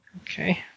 Okay